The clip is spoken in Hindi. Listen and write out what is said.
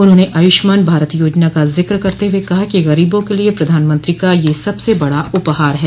उन्होंने आयुष्मान भारत योजना का जिक्र करते हुए कहा कि गरीबों के लिए प्रधानमंत्री का यह सबसे बड़ा उपहार है